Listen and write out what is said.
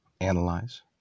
analyze